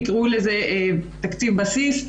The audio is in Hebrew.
תקראו לזה תקציב בסיס,